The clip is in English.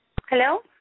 Hello